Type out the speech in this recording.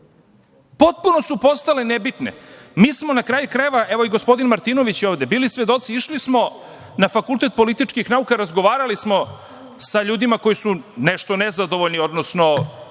Potpuno su postale nebitne. Mi smo na kraju krajeva, evo i gospodin Martinović je ovde, bili svedoci, išli smo na Fakultet političkih nauka, razgovarali smo sa ljudima koji su nešto nezadovoljni, odnosno